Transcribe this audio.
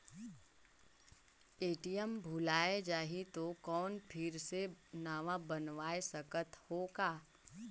ATM भुलाये जाही तो कौन फिर से नवा बनवाय सकत हो का?